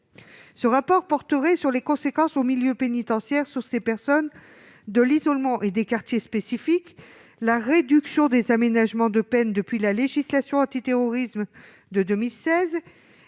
Ce rapport porterait sur les conséquences sur ces personnes de l'isolement et des quartiers spécifiques, de la réduction des aménagements de peine depuis la législation antiterroriste de 2016 et